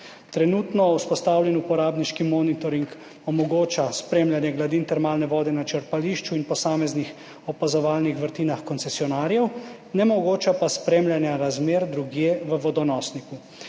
Trenutno vzpostavljen uporabniški monitoring omogoča spremljanje gladin termalne vode na črpališču in posameznih opazovalnih vrtinah koncesionarjev, ne omogoča pa spremljanja razmer drugje v vodonosniku.